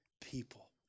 people